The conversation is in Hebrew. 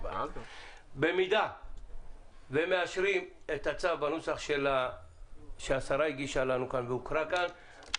אם מאשרים את הצו בנוסח שהשרה הגישה לנו כאן והוקרא כאן